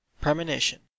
PREMONITION